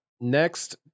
next